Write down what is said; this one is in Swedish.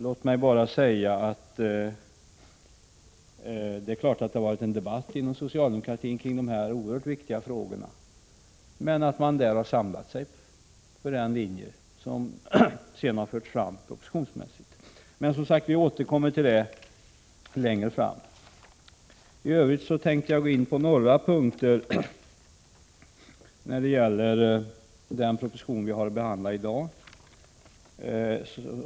Låt mig bara säga att det naturligtvis har förts en debatt inom socialdemokratin kring dessa oerhört viktiga frågor. Man har sedan samlat sig kring en linje som lagts fram i en proposition. Vi återkommer till detta längre fram. I övrigt tänkte jag gå in på några punkter i den proposition om vissa energifrågor som vi har att behandla i dag.